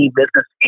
business